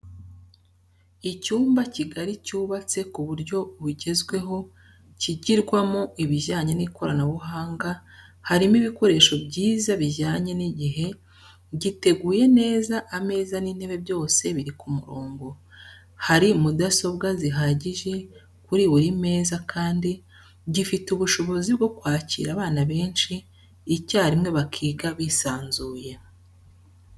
Icyumba kigari cyubatse ku buryo bwugezweho kigirwamo ibijyanye n'ikoranabuhanga harimo ibikoresho byiza bijyanye n'igihe, giteguye neza ameza n'intebe byose biri ku murongo, hari mudasobwa zihagije kuri buri meza kandi gifite ubushobozi bwo kwakira abana benshi icyarimwe bakiga bisanzuye.